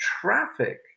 traffic